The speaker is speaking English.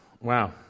wow